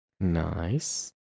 Nice